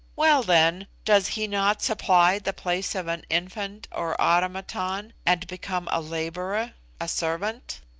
well, then, does he not supply the place of an infant or automaton, and become a labourer a servant?